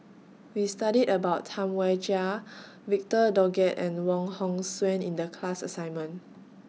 We studied about Tam Wai Jia Victor Doggett and Wong Hong Suen in The class assignment